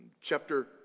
chapter